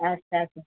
ଆଚ୍ଛା ଆଚ୍ଛା